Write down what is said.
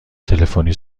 تلفنی